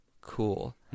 cool